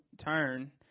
turn